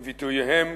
בביטוייהם,